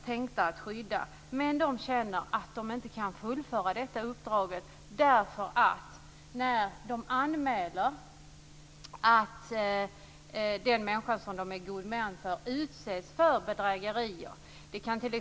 Men dessa gode män känner att de inte kan fullfölja uppdraget. När de gör en anmälan till polisen att den person de är god man för har utsatts för bedrägerier godtas inte denna anmälan.